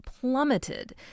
plummeted